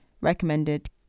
recommended